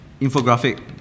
Infographic